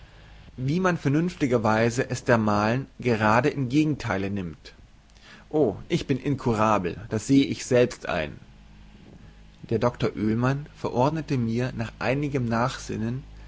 wie man vernünftigerweise es dermalen gerade im gegentheile nimmt o ich bin inkurabel das sehe ich selbst ein der doktor oehlmann verordnete mir nach einigem nachsinnen